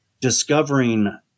Discovering